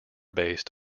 based